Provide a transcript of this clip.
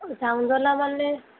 যাম মানে